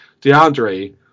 DeAndre